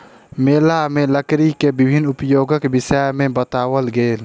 मेला में लकड़ी के विभिन्न उपयोगक विषय में बताओल गेल